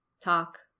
talk